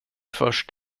först